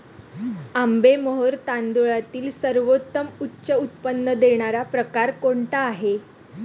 आंबेमोहोर तांदळातील सर्वोत्तम उच्च उत्पन्न देणारा प्रकार कोणता आहे?